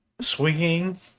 swinging